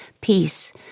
peace